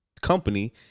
Company